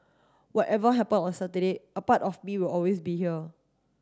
whatever happen on Saturday a part of me will always be here